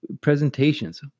presentations